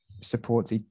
supports